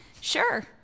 sure